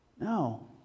No